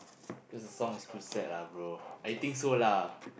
cause the song is too sad lah bro I think so lah